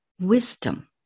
wisdom